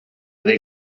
that